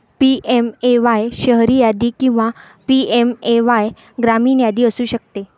PMAY शहरी यादी किंवा पी.एम.ए.वाय ग्रामीण यादी असू शकते